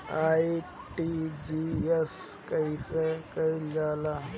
RTGS केगा करलऽ जाला?